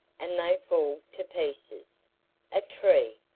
and they fall to pieces a tree,